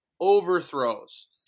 Overthrows